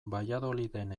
valladoliden